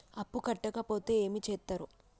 అప్పు కట్టకపోతే ఏమి చేత్తరు?